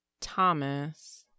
thomas